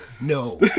No